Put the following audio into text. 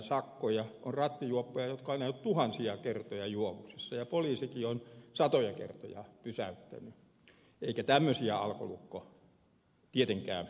on rattijuoppoja jotka ovat ajaneet tuhansia kertoja juovuksissa ja jotka poliisikin on satoja kertoja pysäyttänyt eikä tämmöisiä alkolukko tietenkään pysäytä